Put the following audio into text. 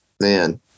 man